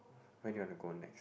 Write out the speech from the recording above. where do you want to go next